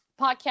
podcast